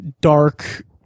dark